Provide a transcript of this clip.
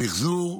המחזור,